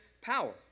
power